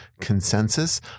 consensus